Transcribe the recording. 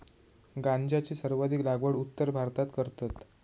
गांजाची सर्वाधिक लागवड उत्तर भारतात करतत